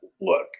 look